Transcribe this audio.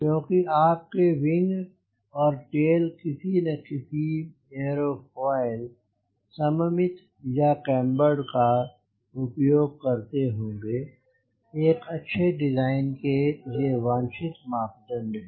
क्योंकि आपके विंग और टेल किसी न किसी एयरोफॉयल सममित या कैमबर्ड का उपयोग करते होंगे एक अच्छे डिज़ाइन के ये वांछित मापदंड हैं